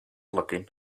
looking